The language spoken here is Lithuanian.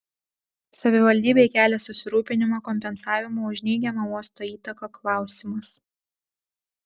savivaldybei kelia susirūpinimą kompensavimo už neigiamą uosto įtaką klausimas